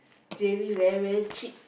J_B very very cheap